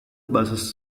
buses